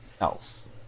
else